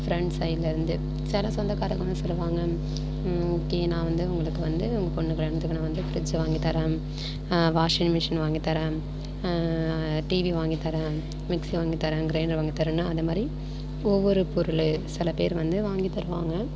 friends சைடுலேருந்து சில சொந்தக்காரங்க வந்து சொல்லுவாங்கள் ஓகே நான் வந்து உங்களுக்கு வந்து உங்கள் பொண்ணு கல்யாணத்துக்கு வந்து நான் ஃபிரிட்ஜ் வாங்கி தரன் வாஷிங் மிஷின் வாங்கித்தரேன் டிவி வாங்கித்தரேன் மிக்ஸி வாங்கித்தரேன் கிரைண்டர் வாங்கித்தரேன் அதைமாதிரி ஒவ்வொரு பொருளு சில பேர் வந்து வாங்கி தருவாங்கள்